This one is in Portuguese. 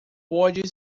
pode